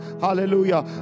Hallelujah